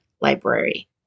library